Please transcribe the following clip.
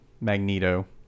magneto